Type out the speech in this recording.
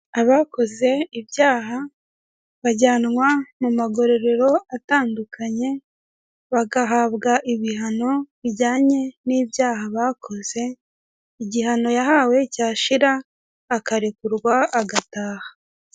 Abakoze ibyaha bajyanwa mu marorero atandukanye, bagahabwa ibihano bijyanye n'ibyaha bakoze, igihano yahawe cyashira akarekurwa agataha.